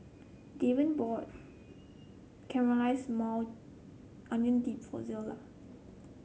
Davian bought Caramelized Maui Onion Dip for Zelia